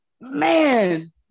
Man